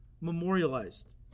memorialized